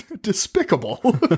Despicable